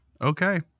okay